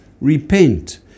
Repent